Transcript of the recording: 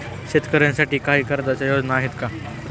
शेतकऱ्यांसाठी काही कर्जाच्या योजना आहेत का?